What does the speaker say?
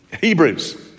Hebrews